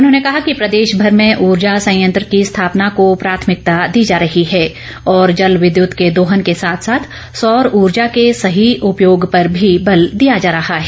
उन्होंने कहा कि प्रदेशभर में ऊर्जा संयंत्र की स्थापना को प्राथमिकता दी जा रही है और जल विद्युत के दोहन के साथ साथ सौर ऊर्जा के सही उपयोग पर भी बल दिया जा रहा है